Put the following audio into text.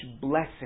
blessing